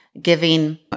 giving